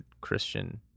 Christian